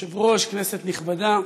היושב-ראש, כנסת נכבדה,